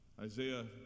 Isaiah